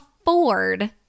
afford